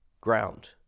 ground